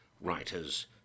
writers